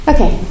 Okay